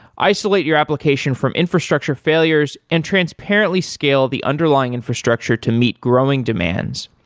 isolate your application from infrastructure failures and transparently scale the underlying infrastructure to meet growing demands,